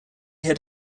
had